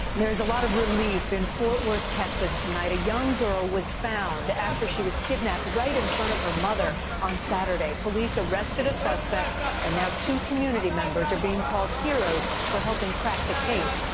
there's a lot of relief in ft. worth, texas, tonight. a young girl was found after she was kidnapped right in front of her mother on saturday. police arrested a suspect and now two community members are being called heroes for helping crack the case.